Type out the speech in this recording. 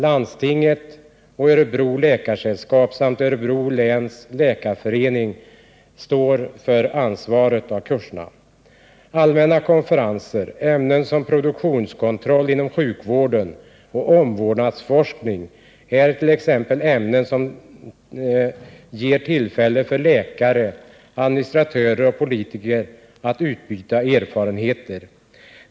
Landstinget, Örebro läkarsällskap samt Örebro läns läkarförening står för ansvaret. Allmänna konferenser med ämnen som produktionskontroll inom sjukvården och omvårdnadsforskning ger tillfälle för läkare, administratörer och politiker att utbyta erfarenheter.